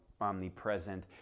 omnipresent